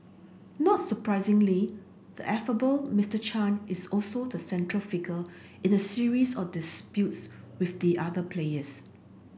not surprisingly the affable Mister Chan is also the central figure in a series of disputes with the other players